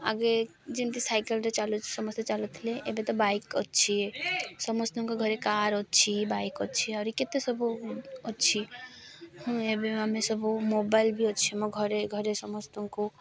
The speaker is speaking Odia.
ଆଗେ ଯେମିତି ସାଇକେଲ୍ରେ ସମସ୍ତେ ଚାଲୁଥିଲେ ଏବେ ତ ବାଇକ୍ ଅଛି ସମସ୍ତଙ୍କ ଘରେ କାର୍ ଅଛି ବାଇକ୍ ଅଛି ଆହୁରି କେତେ ସବୁ ଅଛି ଏବେ ଆମେ ସବୁ ମୋବାଇଲ ବି ଅଛି ଆମ ଘରେ ଘରେ ସମସ୍ତଙ୍କୁ